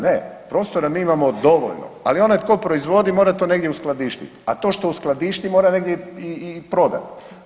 Ne, prostora mi imamo dovoljno, ali onaj tko proizvodi, mora to negdje uskladištiti, a to što uskladišti, mora negdje i prodati.